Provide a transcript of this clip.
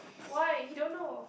why he don't know